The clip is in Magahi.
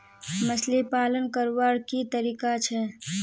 मछली पालन करवार की तरीका छे?